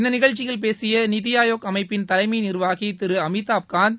இந்த நிகழ்ச்சியில் பேசிய நித்திஆயோக் அமைப்பின் தலைமை நிர்வாகி திரு அமிதாப் கந்த்